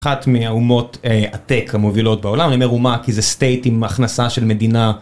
אחת מהאומות הטק המובילות בעולם אני אומר אומה כי זה סטייט עם הכנסה של מדינה.